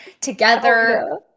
together